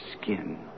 skin